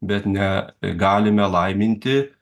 bet ne galime laiminti